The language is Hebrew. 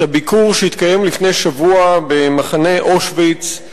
הביקור שהתקיים לפני שבוע במחנה אושוויץ,